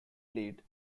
lead